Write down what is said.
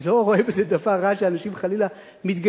אני לא רואה בזה דבר רע שאנשים חלילה מתגייסים,